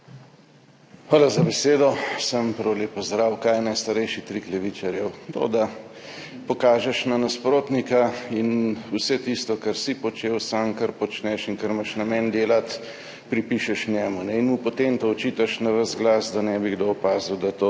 Hvala za besedo. Vsem prav lep pozdrav! Kaj je najstarejši trik levičarjev? To, da pokažeš na nasprotnika in vse tisto, kar si počel sam, kar počneš in kar imaš namen delati, pripišeš njemu in mu potem to očitaš na ves glas, da ne bi kdo opazil, da to